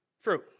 fruit